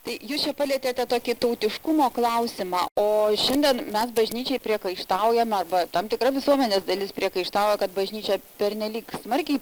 tai jūs čia palietėte tokį tautiškumo klausimą o šiandien mes bažnyčiai priekaištaujam arba tam tikra visuomenės dalis priekaištauja kad bažnyčia pernelyg smarkiai